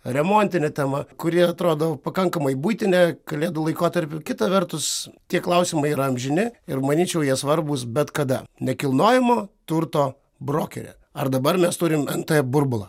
remontine tema kuri atrodo pakankamai buitinė kalėdų laikotarpiu kita vertus tie klausimai yra amžini ir manyčiau jie svarbūs bet kada nekilnojamo turto brokere ar dabar mes turim nt burbulą